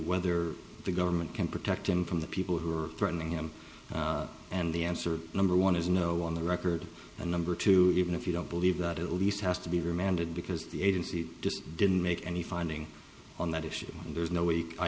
whether the government can protect him from the people who are threatening him and the answer number one is no on the record and number two even if you don't believe that it least has to be remanded because the agency just didn't make any finding on that issue and there's no w